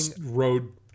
Road